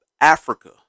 Africa